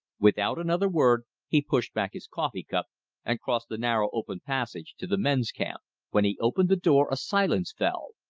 without another word he pushed back his coffee cup and crossed the narrow open passage to the men's camp when he opened the door a silence fell.